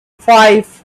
five